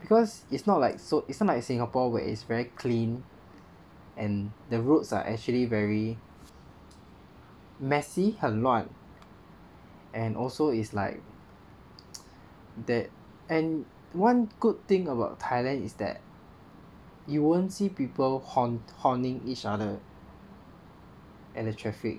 because it's not like so it's not like Singapore where is very clean and the roads are actually very messy 很乱 and also is like that and one good thing about Thailand is that you won't see people horn horning each other and a traffic